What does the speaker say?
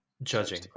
Judging